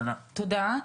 תודה.